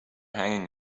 hanging